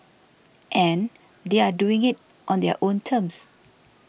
and they are doing it on their own terms